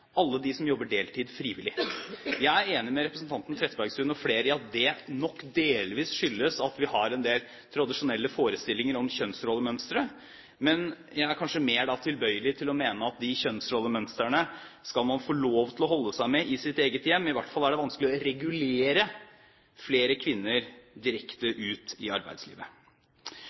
alle dem som jobber deltid frivillig. Jeg er enig med representanten Trettebergstuen og flere i at det nok delvis skyldes at vi har en del tradisjonelle forestillinger om kjønnsrollemønstre, men jeg er kanskje mer tilbøyelig til å mene at de kjønnsrollemønstrene skal man få lov til å holde seg med i sitt eget hjem – i hvert fall er det vanskelig å regulere flere kvinner direkte ut i arbeidslivet.